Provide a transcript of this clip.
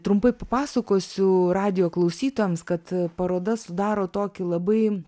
trumpai papasakosiu radijo klausytojams kad paroda sudaro tokį labai